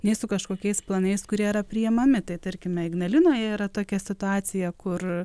nei su kažkokiais planais kurie yra priimami tai tarkime ignalinoje yra tokia situacija kur